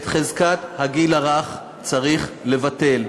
את חזקת הגיל הרך צריך לבטל.